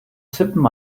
tippen